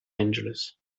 angeles